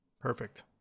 Perfect